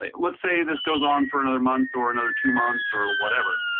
let's say this goes on for another month or another two months or whatever.